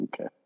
Okay